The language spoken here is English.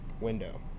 window